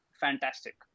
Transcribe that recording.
fantastic